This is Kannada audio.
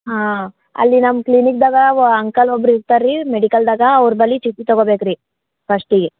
ಹಾಂ ಅಲ್ಲಿ ನಮ್ಮ ಕ್ಲಿನಿಕ್ದಾಗ ಓ ಅಂಕಲ್ ಒಬ್ಬರು ಇರ್ತಾರ ರೀ ಮೆಡಿಕಲ್ದಾಗ ಅವ್ರ ಬಳಿ ಚೀಟಿ ತಗೋಬೇಕು ರೀ ಫಸ್ಟಿಗೆ